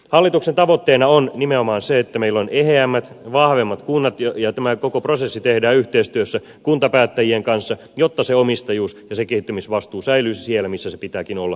hallituksen tavoitteena on nimenomaan se että meillä on eheämmät vahvemmat kunnat ja tämä koko prosessi tehdään yhteistyössä kuntapäättäjien kanssa jotta se omistajuus ja se kehittymisvastuu säilyisi siellä missä sen pitääkin olla siellä kuntatasolla